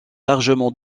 largement